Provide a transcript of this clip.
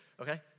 Okay